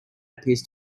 appears